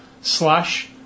slash